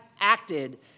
acted